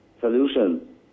solutions